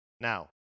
Now